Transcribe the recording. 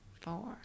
four